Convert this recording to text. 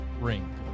ring